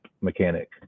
mechanic